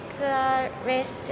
rest